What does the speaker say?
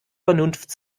vernunft